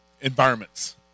environments